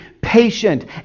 patient